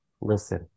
listen